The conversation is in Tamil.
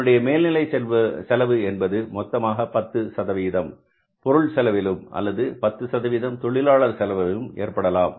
அதனுடைய மேல்நிலை செலவு என்பது மொத்தமாக 10 பொருள் செலவிலும் அல்லது 10 தொழிலாளர் செலவிலும் ஏற்படலாம்